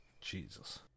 Jesus